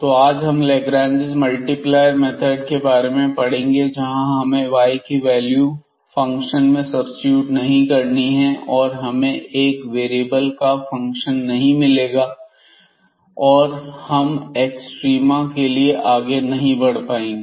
तो आज हम लाग्रांज मल्टीप्लायर मेथड के बारे में पढ़ेंगे जहां हमें y की वैल्यू फंक्शन में सब्सीट्यूट नहीं करनी है और से हमें एक वेरिएबल का फंक्शन नहीं मिलेगा और हम एक्सट्रीमा के लिए आगे नहीं बढ़ पाएंगे